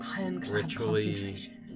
ritually